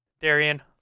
Darian